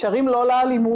שרים לא לאלימות,